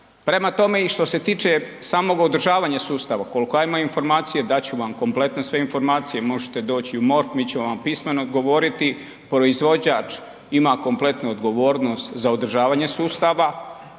Prema tome i što se tiče samog održavanja sustava koliko ja imam informacije, dat ću vam kompletno sve informacije, možete doći i u MORH mi ćemo vam pismeno odgovoriti, proizvođač ima kompletnu odgovornost za održavanje sustava